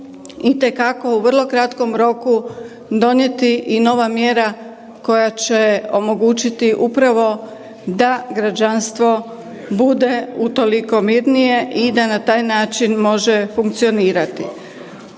itekako u vrlo kratkom roku donijeti i nova mjera koja će omogućiti upravo da građanstvo bude utoliko mirnije i da na taj način može funkcionirati.